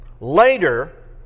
Later